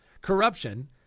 corruption